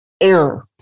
error